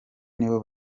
nibo